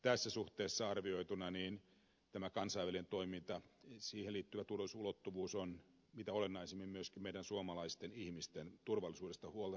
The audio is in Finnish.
tässä suhteessa arvioituna tämä kansainvälinen toiminta siihen liittyvä turvallisuusulottuvuus on mitä olennaisimmin myöskin meidän suomalaisten ihmisten turvallisuudesta huolta pitämistä